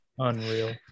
Unreal